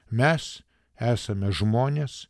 mes esame žmonės